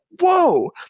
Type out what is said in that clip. whoa